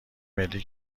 ملی